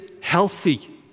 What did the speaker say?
healthy